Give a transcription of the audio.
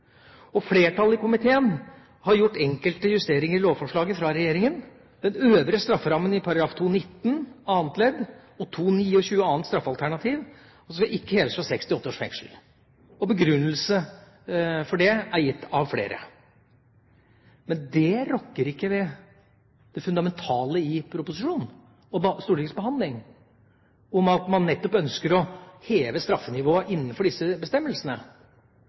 lovovertredelsene. Flertallet i komiteen har gjort enkelte justeringer i lovforslaget fra regjeringa: Den øvre strafferammen i §§ 219 annet ledd og 229 annet straffalternativ skal ikke heves fra seks til åtte års fengsel. Begrunnelse for det er gitt av flere. Men det rokker ikke ved det fundamentale i proposisjonen og Stortingets behandling, om at man nettopp ønsker å heve straffenivået innenfor disse bestemmelsene.